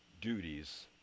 duties